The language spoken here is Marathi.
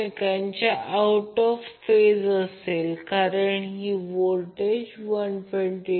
आता IAB VabZ ∆ कारण हे सर्किट आहे याचा अर्थ हा व्होल्टेज जो Vab आहे हा व्होल्टेज A ते B आहे आणि Vab समान व्होल्टेज इम्पेडन्स आणि हा Z∆IAB आहे